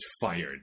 fired